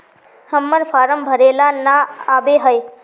हम्मर फारम भरे ला न आबेहय?